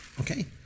okay